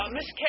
Miss